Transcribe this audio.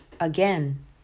Again